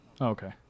Okay